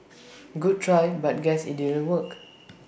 good try but guess IT didn't work